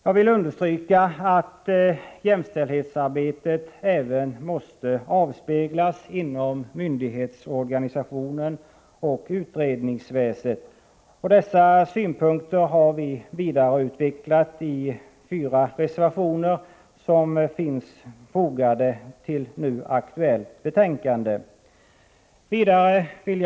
Jag vill understryka att jämställdhetsarbetet även måste avspeglas inom myndighetsorganisationen och utredningsväsendet. Dessa synpunkter har vi vidareutvecklat i fyra reservationer som finns fogade till nu aktuellt betänkande. Herr talman!